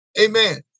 Amen